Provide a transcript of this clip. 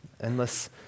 Endless